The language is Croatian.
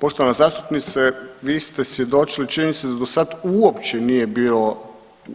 Poštovana zastupnice vi ste svjedočili činjenici da do sad uopće nije bilo